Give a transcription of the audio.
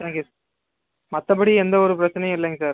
thank you மற்றபடி எந்த ஒரு பிரச்சனையும் இல்லைங்க சார்